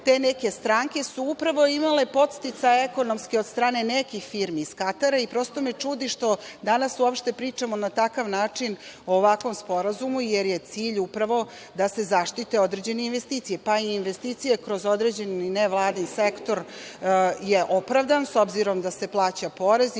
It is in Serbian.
te neke stranke su upravo imale ekonomske podsticaje od strane nekih firmi iz Katara i prosto me čudi što danas uopšte pričamo na takav način o ovakvom sporazumu, jer je cilj upravo da se zaštite određene investicije, pa i investicije kroz određeni nevladin sektor je opravdan, s obzirom da se plaća porez